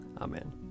Amen